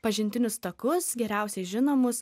pažintinius takus geriausiai žinomus